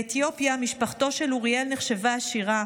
באתיופיה משפחתו של אוריאל נחשבה עשירה.